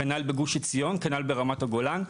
כנ"ל בגוש עציון, כנ"ל ברמת הגולן.